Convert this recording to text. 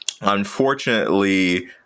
unfortunately